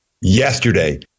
yesterday